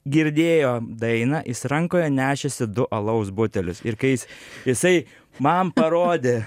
girdėjo dainą jis rankoje nešėsi du alaus butelius ir kai jis jisai man parodė